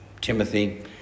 Timothy